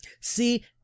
See